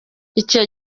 icyo